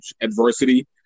adversity